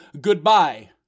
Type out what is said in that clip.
Goodbye